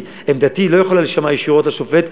כי עמדתי לא יכולה להישמע ישירות לשופט,